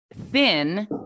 thin